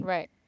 Right